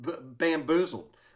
bamboozled